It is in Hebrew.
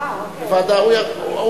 אה, אוקיי.